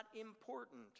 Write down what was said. important